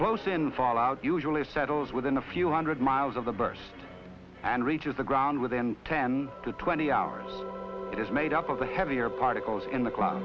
close in fall out usually settles within a few hundred miles of the burst and reaches the ground within ten to twenty hours that is made up of the heavier particles in the cl